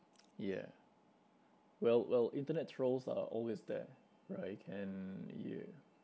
yeah well well internet trolls are always there right and yeah